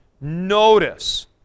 Notice